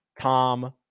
Tom